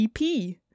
EP